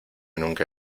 nunca